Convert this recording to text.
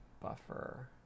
buffer